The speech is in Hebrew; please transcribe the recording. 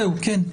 כן.